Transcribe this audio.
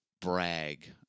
Brag